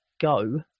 Go